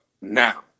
now